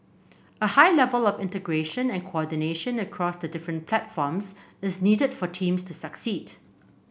a high level of integration and coordination across the different platforms is needed for teams to succeed